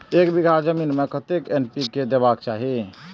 एक बिघा जमीन में कतेक एन.पी.के देबाक चाही?